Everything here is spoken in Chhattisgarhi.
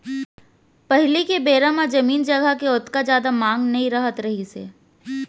पहिली के बेरा म जमीन जघा के ओतका जादा मांग नइ रहत रहिस हे